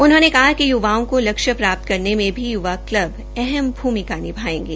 उन्होंने कहा कि युवाओं को लक्ष्य प्राप्त करने में भी युवा क्लब अहम भूमिका निभाएंगे